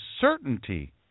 certainty